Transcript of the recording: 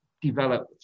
develop